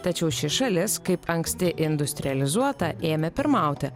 tačiau ši šalis kaip anksti industrializuota ėmė pirmauti